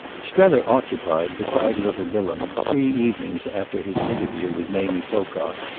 strether occupied beside little bilham, three evenings after his interview with mamie pocock,